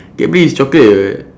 cardbury is chocolate [what]